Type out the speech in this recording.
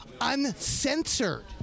uncensored